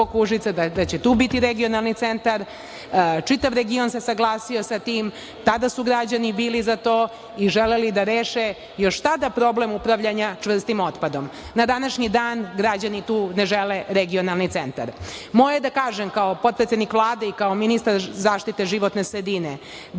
da će tu biti regionalni centar. Čitav region se saglasio sa tim. Tada su građani bili za to i želeli da reše još tada problem upravljanja čvrstim otpadom. Na današnji dan građani tu ne žele regionalni centar. Moje je da kažem, kao potpredsednik Vlade i kao ministar zaštite životne sredine,